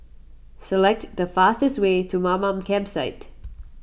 select the fastest way to Mamam Campsite